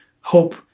hope